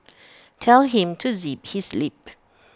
tell him to zip his lip